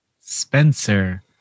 Spencer